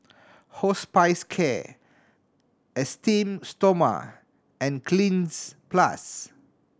Hospicare Esteem Stoma and Cleanz Plus